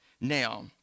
Now